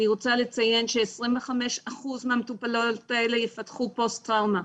אני רוצה לציין שכ-25% מהמטופלות האלה יפתחו פוסט טראומה,